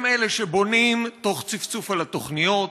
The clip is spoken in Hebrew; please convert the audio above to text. הם אלה שבונים תוך צפצוף על התוכניות,